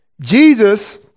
Jesus